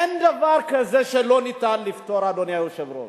אין דבר כזה שלא ניתן לפתור, אדוני היושב-ראש.